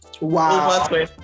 wow